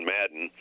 Madden